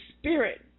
spirit